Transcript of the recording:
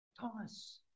Thomas